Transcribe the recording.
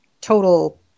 total